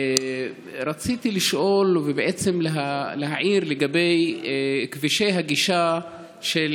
רציתי לשאול ובעצם להעיר לגבי כבישי הגישה של